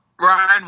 Ryan